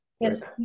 yes